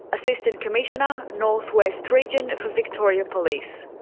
assistant commissioner north west region for victoria police.